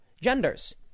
genders